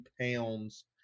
pounds